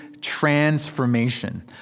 transformation